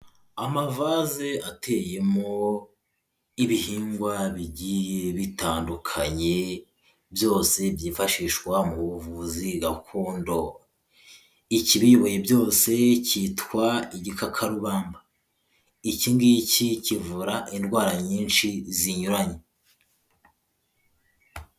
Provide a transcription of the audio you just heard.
Amavase ateye mu ibihingwa bigiye bitandukanye byose byifashishwa mu buvuzi gakondo, ikibiyoboye byose cyitwa igikakarubamba iki ngiki kivura indwara nyinshi zinyuranye.